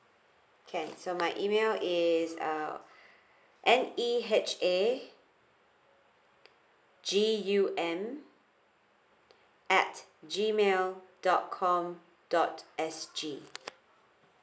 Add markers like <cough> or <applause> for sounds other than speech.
can so my email is uh <breath> N E H A G U M at G mail dot com dot S G